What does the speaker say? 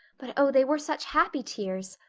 but, oh, they were such happy tears.